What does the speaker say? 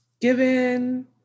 given